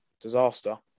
Disaster